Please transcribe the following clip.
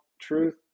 Truth